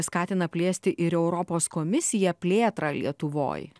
skatina plėsti ir europos komisija plėtrą lietuvoj